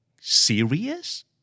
serious